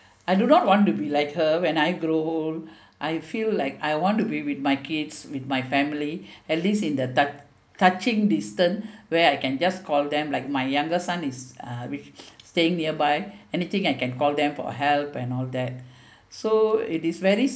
I do not want to be like her when I grow old I feel like I want to be with my kids with my family at least in the tou~ touching distance where I can just call them like my younger son is uh staying nearby anything I can call them for help and all that so it is very